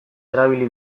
erabili